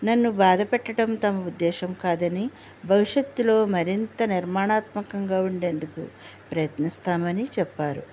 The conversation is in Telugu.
నన్ను బాధ పెట్టడం తమ ఉద్దేశం కాదని భవిష్యత్తులో మరింత నిర్మాణాత్మకంగా ఉండేందుకు ప్రయత్నిస్తామని చెప్పారు